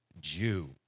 Jew